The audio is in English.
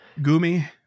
Gumi